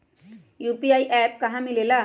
UPI का app कहा से मिलेला?